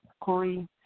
Corey